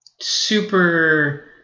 super